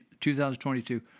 2022